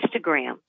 Instagram